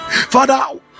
Father